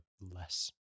less